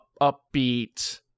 upbeat